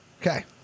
Okay